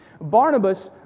Barnabas